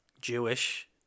jewish